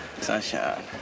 Sunshine